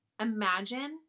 imagine